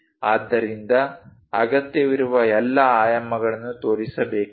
ಆದ್ದರಿಂದ ಅಗತ್ಯವಿರುವ ಎಲ್ಲಾ ಆಯಾಮಗಳನ್ನು ತೋರಿಸಬೇಕಾಗಿದೆ